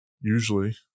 usually